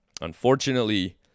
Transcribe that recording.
Unfortunately